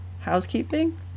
Housekeeping